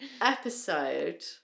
episode